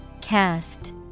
Cast